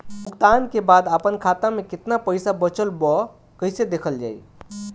भुगतान के बाद आपन खाता में केतना पैसा बचल ब कइसे देखल जाइ?